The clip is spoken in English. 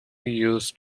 used